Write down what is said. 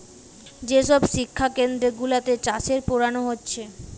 যে সব শিক্ষা কেন্দ্র গুলাতে চাষের পোড়ানা হচ্ছে